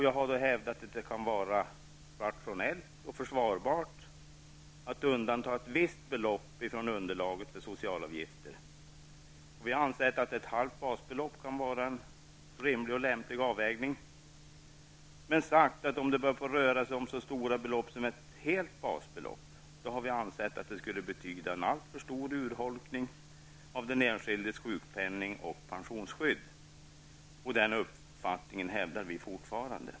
Jag har då hävdat att det kan vara rationellt och försvarbart att undanta ett visst belopp från underlaget för socialavgifter. Vi har ansett att ett halvt basbelopp kan vara en lämplig avvägning. Men om det börjar röra sig om så stora belopp som ett helt basbelopp har vi ansett att det skulle betyda en alltför stor urholkning av den enskildes sjukpenning och pensionsskydd. Den uppfattningen hävdar vi fortfarande.